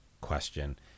question